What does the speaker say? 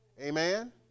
Amen